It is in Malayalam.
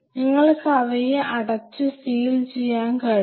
നിങ്ങൾക്കവയെ അടച്ചു സീൽ ചെയ്യാൻ കഴിയും